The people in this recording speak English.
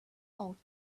ought